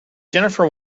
jennifer